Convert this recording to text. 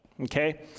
okay